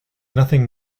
nothing